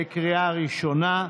בקריאה הראשונה.